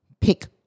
pick